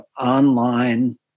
online